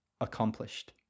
accomplished